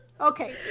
Okay